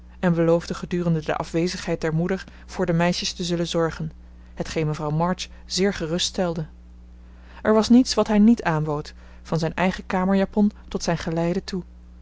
en beloofde gedurende de afwezigheid der moeder voor de meisjes te zullen zorgen hetgeen mevrouw march zeer gerust stelde er was niets wat hij niet aanbood van zijn eigen kamerjapon tot zijn geleide toe